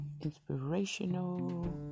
inspirational